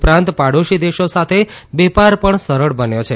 ઉપરાત પાડોશી દેશો સાથે વેપાર પણ સરળ બન્યો છે